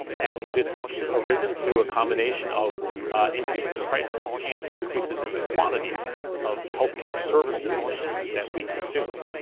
and this has arisen through a combination of increases in prices and increases in the quantities of health care services that we consume.